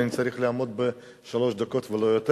אני צריך לעמוד בשלוש דקות ולא יותר.